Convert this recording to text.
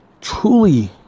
truly